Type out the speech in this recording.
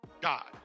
god